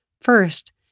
First